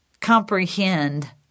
comprehend